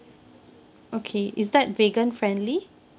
okay is that vegan friendly